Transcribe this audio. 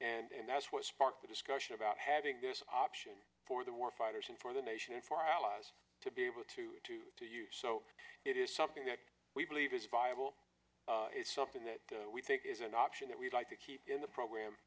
it and that's what sparked the discussion about having this option for the war fighters and for the nation and for allies to be able to to to use so it is something that we believe is viable is something that we think is an option that we'd like to keep in the program